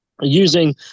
using